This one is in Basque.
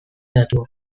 datuok